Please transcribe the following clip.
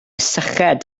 syched